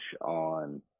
on